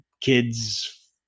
kids